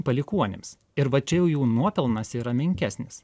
palikuonims ir vat čia jau jų nuopelnas yra menkesnis